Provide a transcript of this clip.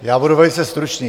Já budu velice stručný.